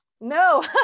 no